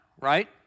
right